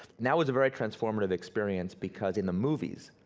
and that was a very transformative experience because in the movies,